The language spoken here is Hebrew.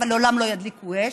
אבל לעולם לא ידליקו אש,